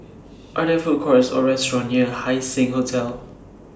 Are There Food Courts Or restaurants near Haising Hotel